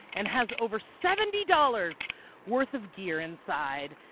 and has over seventy dollars worth of gear inside.